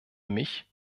mich